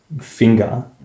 finger